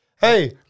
Hey